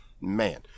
Man